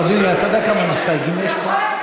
אדוני, אתה יודע כמה מסתייגים יש לך?